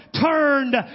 turned